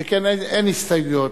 שכן אין הסתייגויות.